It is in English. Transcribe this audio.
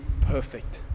perfect